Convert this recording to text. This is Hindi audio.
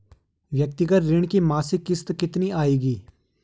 व्यक्तिगत ऋण की मासिक किश्त कितनी आएगी?